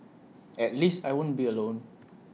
at least I won't be alone